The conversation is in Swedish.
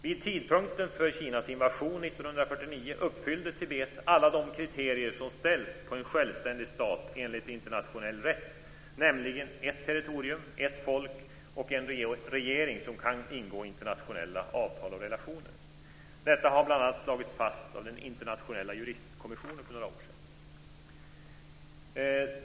Vid tidpunkten för Kinas invasion, år 1949, uppfyllde Tibet alla de kriterier som ställs på en självständig stat enligt internationell rätt: ett territorium, ett folk och en regering som kan ingå internationella avtal och relationer. Detta har slagits fast, bl.a. av Internationella juristkommissionen för några år sedan.